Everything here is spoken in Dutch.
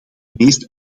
meest